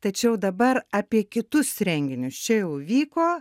tačiau dabar apie kitus renginius čia jau vyko